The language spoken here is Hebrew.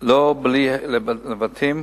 לא בלי לבטים,